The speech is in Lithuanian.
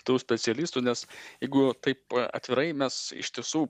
tų specialistų nes jeigu taip atvirai mes iš tiesų